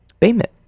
payment